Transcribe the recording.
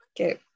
Okay